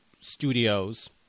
studios